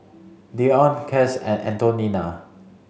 Deante Cass and Antonina